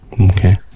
okay